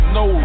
no